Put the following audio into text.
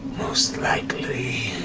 most likely,